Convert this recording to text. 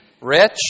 rich